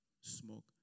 smoke